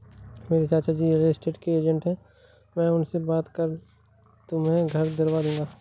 मेरे चाचाजी real estate के एजेंट है मैं उनसे बात कर तुम्हें घर दिलवा दूंगा